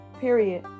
Period